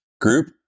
group